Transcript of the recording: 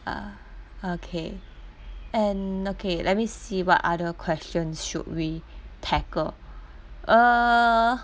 uh okay and okay let me see what other questions should we tackle err